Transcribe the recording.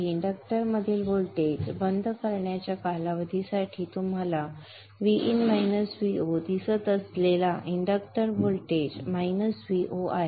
इंडक्टरमधील व्होल्टेज बंद करण्याच्या कालावधीसाठी तुम्हाला Vin Vo दिसत असलेला इंडक्टर व्होल्टेज Vo आहे